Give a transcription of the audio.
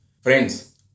friends